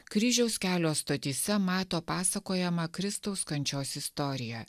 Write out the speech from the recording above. kryžiaus kelio stotyse mato pasakojamą kristaus kančios istoriją